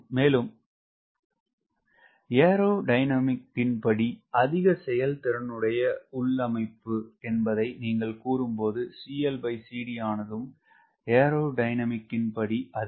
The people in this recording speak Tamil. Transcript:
மேலும் ஏரோதியனமிக் ன் படி அதிக செயல் திறனுடைய உள்ளமைப்பு என்பதை நீங்கள் கூறும்போது ஆனதும் ஏரோதியனமிக் ன் படி அதிகம்